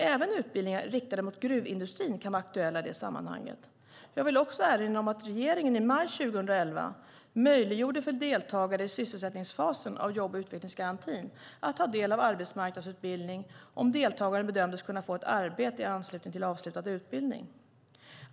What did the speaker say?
Även utbildningar riktade mot gruvindustrin kan vara aktuella i det sammanhanget. Jag vill också erinra om att regeringen i maj 2011 möjliggjorde för deltagare i sysselsättningsfasen av jobb och utvecklingsgarantin att ta del av arbetsmarknadsutbildning om deltagaren bedöms kunna få ett arbete i anslutning till avslutad utbildning.